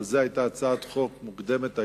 על זה היתה הצעת חוק מוקדמת היום,